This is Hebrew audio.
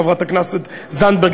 חברת הכנסת זנדברג,